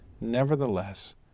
nevertheless